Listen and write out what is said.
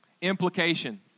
Implication